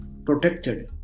protected